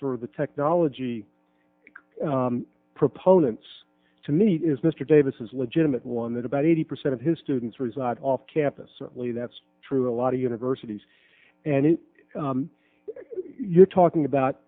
for the technology proponents to me is mr davis is a legitimate one that about eighty percent of his students reside off campus certainly that's true a lot of universities and you're talking about